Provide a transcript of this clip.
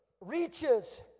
reaches